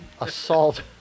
assault